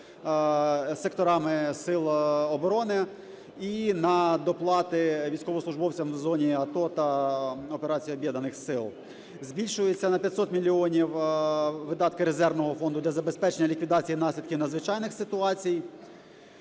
секторами сил оборони і на доплати військовослужбовцям в зоні АТО та операції Об'єднаних сил; збільшуються на 500 мільйонів видатки резервного фонду для забезпечення ліквідації наслідків надзвичайних ситуації.